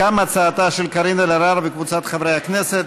אישרנו את ההצעה בקריאה טרומית,